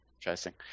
Interesting